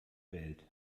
welt